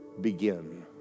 Begin